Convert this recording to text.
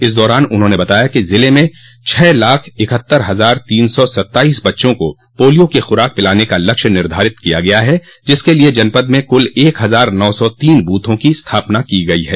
इस दौरान उन्होंने बताया कि ज़िले में छह लाख इक्हत्तर हजार तीन सौ सत्ताइस बच्चों को पोलियो की खुराक पिलाने का लक्ष्य निर्धारित किया गया है जिसके लिये जनपद में कुल एक हजार नौ सौ तीन बूथों की स्थापना की गई है